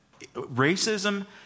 racism